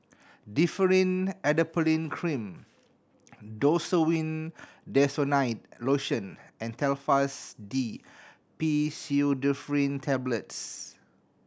Differin Adapalene Cream Desowen Desonide Lotion and Telfast D Pseudoephrine Tablets